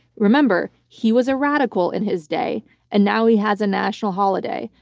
remember he was a radical in his day and now he has a national holiday.